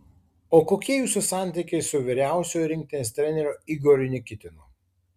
o kokie jūsų santykiai su vyriausiuoju rinktinės treneriu igoriu nikitinu